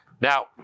Now